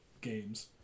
games